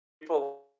people